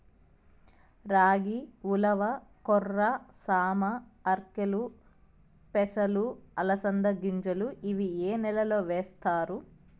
రాగి, ఉలవ, కొర్ర, సామ, ఆర్కెలు, పెసలు, అలసంద గింజలు ఇవి ఏ నెలలో వేస్తారు?